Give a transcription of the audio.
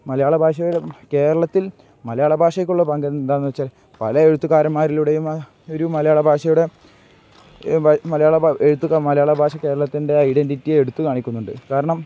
മലയാള ഭാഷയുടെ കേരളത്തിൽ മലയാള ഭാഷക്കുള്ള പങ്ക് എന്താണെന്ന് വച്ചാൽ പല എഴുത്തുകാരന്മാരിലൂടെയും ഒരു മലയാള ഭാഷയുടെ എഴുത്ത് മലയാള ഭാഷ കേരളത്തിൻ്റെ ഐഡന്റ്റിറ്റി എടുത്തു കാണിക്കുന്നുണ്ട് കാരണം